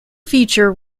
feature